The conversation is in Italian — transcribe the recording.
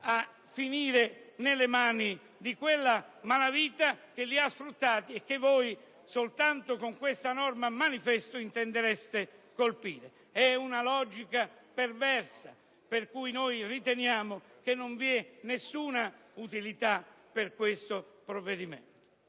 a finire nelle mani di quella malavita che li ha sfruttati e che voi, soltanto con questa norma manifesto, intendereste colpire. È una logica perversa, per cui noi riteniamo che questo provvedimento